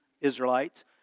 Israelites